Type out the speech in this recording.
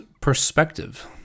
perspective